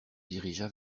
dirigea